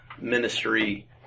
Ministry